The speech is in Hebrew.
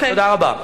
תודה רבה.